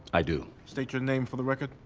i do. state your name for the record.